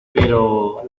pero